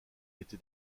été